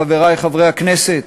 חברי חברי הכנסת?